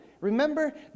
remember